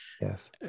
yes